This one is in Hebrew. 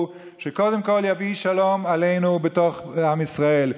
שקודם כול יביא שלום עלינו בתוך עם ישראל.